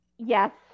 Yes